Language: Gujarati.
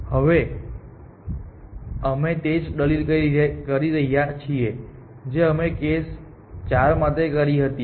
અને હવે અમે તે જ દલીલ કરી રહ્યા છીએ જે અમે કેસ 4 માટે કરી હતી